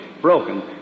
broken